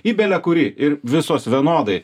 į belekurį ir visos vienodai